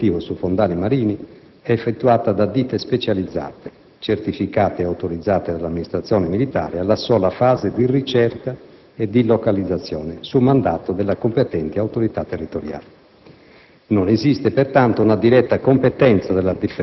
In particolare, la bonifica sistematica a scopo preventivo sui fondali marini è effettuata da ditte specializzate, certificate e autorizzate dall'amministrazione militare alla sola fase di ricerca e di localizzazione su mandato della competente autorità territoriale.